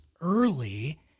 early